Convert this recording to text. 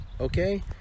okay